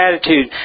attitude